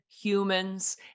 humans